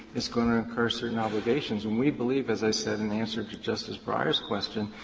it's going to incur certain obligations and we believe, as i said in the answer to justice breyer's question,